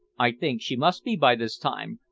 i think she must be by this time,